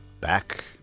Back